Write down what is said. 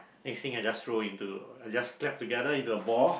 next thing I just throw into I just clap together into a ball